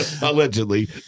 Allegedly